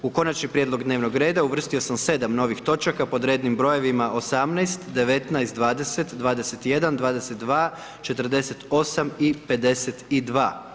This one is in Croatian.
U konačni prijedlog dnevnog reda uvrstio sam 7 novih točaka pod rednim brojevima 18., 19., 20., 21., 22., 48. i 52.